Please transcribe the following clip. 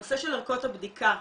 נושא ערכות הבדיקה,